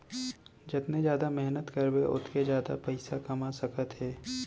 जतने जादा मेहनत करबे ओतके जादा पइसा कमा सकत हे